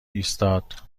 ایستاد